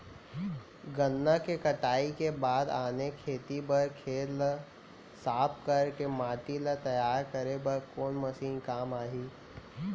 गन्ना के कटाई के बाद आने खेती बर खेत ला साफ कर के माटी ला तैयार करे बर कोन मशीन काम आही?